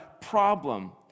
problem